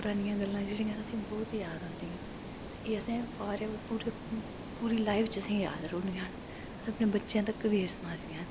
परानी गल्लां असें गी बहुत याद औंदियां ते एह् असें पूरी लाईफ याद रौह्नियां असें अपने बच्चें गी सनानियां